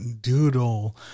doodle